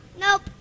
Nope